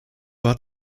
hat